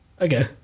Okay